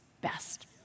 best